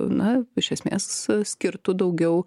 na iš esmės skirtų daugiau